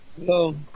Hello